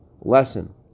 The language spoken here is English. lesson